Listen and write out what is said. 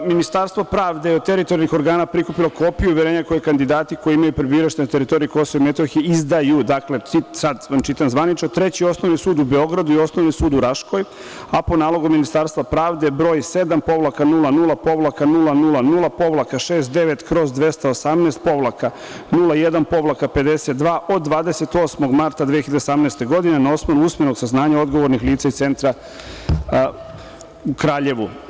Ministarstvo pravde je od teritorijalnih organa prikupilo kopiju uverenja koje kandidati koji imaju prebivalište na teritoriji Kosova i Metohije izdaju, dakle čitam zvanično – Treći osnovni sud u Beogradu i Osnovni sud u Raškoj, a po nalogu Ministarstva pravde broj 7-00-000-69/218-01-52 od 28. marta 2018. godine, na osnovu usmenog saznanja odgovornih lica iz centra u Kraljevu.